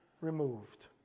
removed